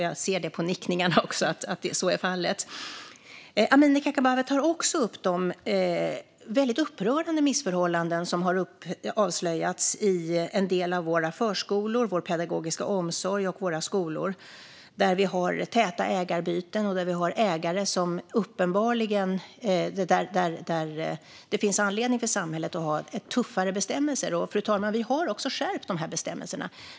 Jag ser på hennes nickningar att så är fallet. Amineh Kakabaveh tar också upp de väldigt upprörande missförhållanden som har avslöjats i en del av våra förskolor, vår pedagogiska omsorg och våra skolor. Det handlar om täta ägarbyten och om ägare som visar att det finns anledning för samhället att ha tuffare bestämmelser. Vi har också skärpt de bestämmelserna, fru talman.